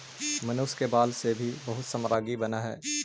मनुष्य के बाल से भी बहुत सामग्री बनऽ हई